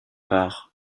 par